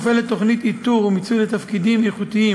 מופעלת תוכנית איתור ומיצוי לתפקידים איכותיים